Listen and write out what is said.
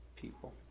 people